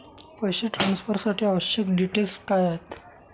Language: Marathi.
पैसे ट्रान्सफरसाठी आवश्यक डिटेल्स काय आहेत?